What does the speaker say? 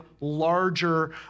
larger